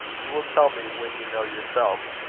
you will tell me when you know yourself?